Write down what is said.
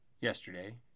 yesterday